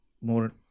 more